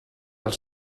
els